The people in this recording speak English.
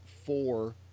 four